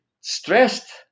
stressed